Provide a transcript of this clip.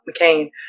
McCain